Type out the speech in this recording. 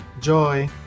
joy